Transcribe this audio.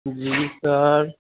جی سر